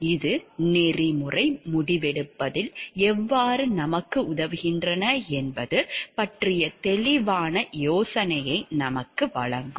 இது நெறிமுறை முடிவெடுப்பதில் எவ்வாறு நமக்கு உதவுகின்றன என்பது பற்றிய தெளிவான யோசனையை நமக்கு வழங்கும்